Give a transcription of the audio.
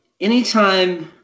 anytime